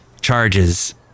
charges